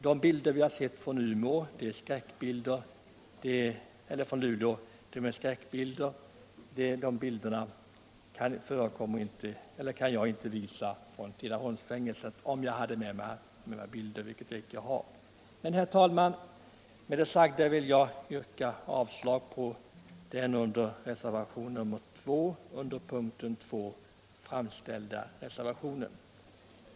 De bilder vi sett från Luleå är skräckbilder. Några sådana bilder skulle jag inte kunna visa upp från Tidaholmsfängelset. Herr talman! Med det sagda vill jag yrka avslag på reservationen 2 vid punkten 2. Herr talman!